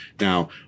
Now